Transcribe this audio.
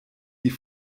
die